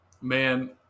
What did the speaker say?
Man